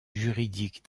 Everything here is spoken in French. juridique